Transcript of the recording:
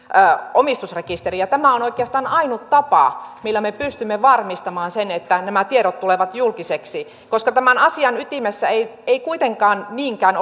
omistusrekisteriin tämä on oikeastaan ainut tapa millä me pystymme varmistamaan sen että nämä tiedot tulevat julkisiksi koska tämän asian ytimessä ei ei kuitenkaan niinkään